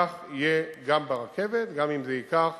כך יהיה גם ברכבת, גם אם זה ייקח